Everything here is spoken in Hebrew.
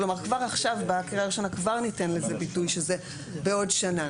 כלומר כבר עכשיו בקריאה הראשונה ניתן לזה ביטוי שזה בעוד שנה,